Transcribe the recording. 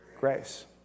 grace